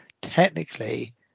technically